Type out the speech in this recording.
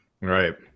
Right